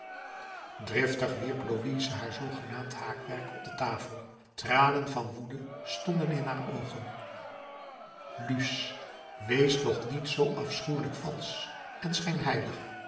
driftig wierp louise haar zoogenaamd haakwerk op de tafel tranen van woede stonden in haar oogen luus wees toch niet zoo afschuwelijk valsch en schijnheilig